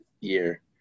year